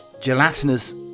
Gelatinous